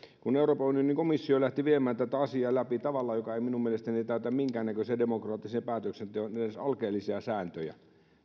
euroopan unionin komissio lähti viemään tätä asiaa läpi tavalla joka ei minun mielestäni täytä minkäännäköisiä edes alkeellisia demokraattisen päätöksenteon sääntöjä